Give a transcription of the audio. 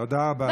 תודה רבה.